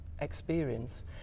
experience